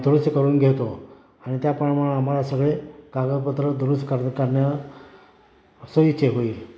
दुरुस्ती करून घेतो आणि त्याप्रमा आम्हाला सगळे कागदपत्र दुरुस्त कर करण्या सोयीचे होईल